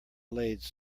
blades